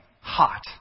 hot